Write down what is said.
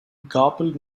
garbled